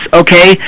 okay